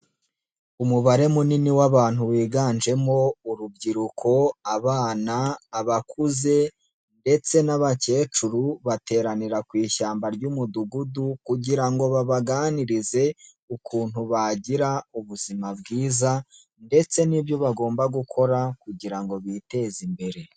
Umubare munini w'abantu biganjemo urubyiruko, abana, abakuze ndetse n'abakecuru, bateranira ku ishyamba ry'Umudugudu kugira ngo baganirizwe ukuntu bagira ubuzima bwiza ndetse n'ibyo bagomba gukora kugira ngo biteze imbere.